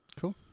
Cool